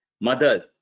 mothers